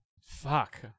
Fuck